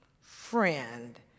friend